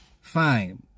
fine